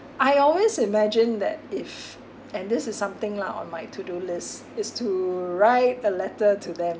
I always imagine that if and this is something lah on my to-do list is to write a letter to them